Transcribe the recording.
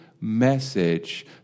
message